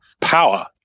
power